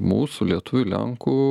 mūsų lietuvių lenkų